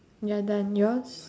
ya done yours